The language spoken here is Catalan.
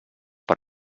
per